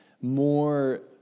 More